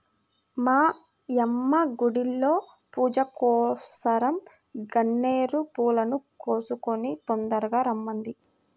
మా యమ్మ గుడిలో పూజకోసరం గన్నేరు పూలను కోసుకొని తొందరగా రమ్మంది